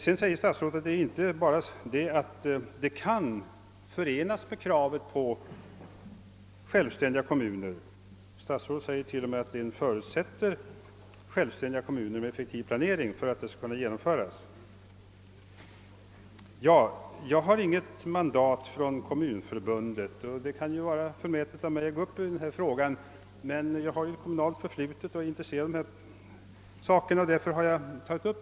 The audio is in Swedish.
Vidare sade statsrådet att den fortsatta regionalpolitiska planeringen inte bara kan förenas med kravet på självständiga kommuner utan t.o.m. förutsätter självständiga kommuner med en effektiv planering. Ja, jag har inte något mandat från Kommunförbundet, och det kan måhända verka förmätet av mig att gå upp i denna fråga. Men jag har ändå ett kommunalt förflutet och är intresserad av dessa saker. Därför har jag gjort det.